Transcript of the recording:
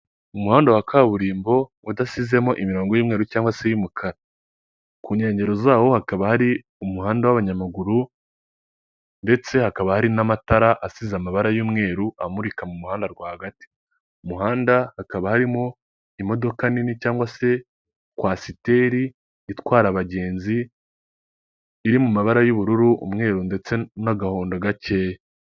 Umuhanda wa kaburimbo udasizemo imirongo y'mweru cyangwag se y'umukara, ku nkengero zawo hakaba hari umuhanda w'abanyamaguru, ndetse hakaba hari n'amatara asize amabara y'umweru amurika mu muhanda rwagati. Mu muhanda hakaba harimo imodoka nini cyangwag kwasiteri itwara abagenzi, iri mu mabara y'ubururu umweru ndetse n'agahondo gakeya.